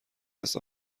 است